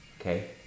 okay